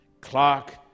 Clark